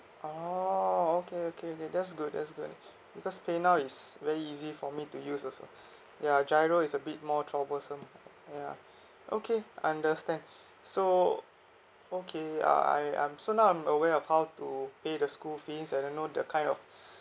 oh okay okay that's good that's good because paynow is very easy for me to use also yeah giro is a bit more troublesome yeah okay understand so okay uh I I'm so now I'm aware of how to pay the school fees I don't know that kind of